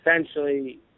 essentially